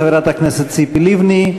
חברת הכנסת ציפי לבני,